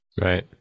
Right